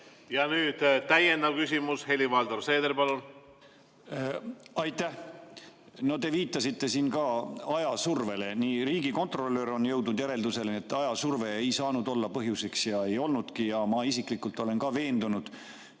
Ja nüüd täiendav küsimus. Helir-Valdor Seeder, palun! Aitäh! No te viitasite siin ajasurvele. Riigikontrolör on jõudnud järeldusele, et ajasurve ei saanud olla põhjuseks ja ei olnudki, ja ma ka isiklikult olen selles veendunud.